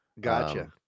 Gotcha